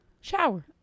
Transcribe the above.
shower